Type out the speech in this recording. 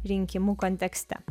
rinkimų kontekste